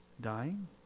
dying